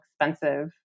expensive